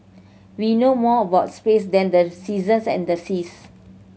we know more about space than the seasons and the seas